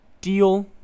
deal